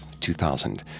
2000